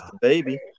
baby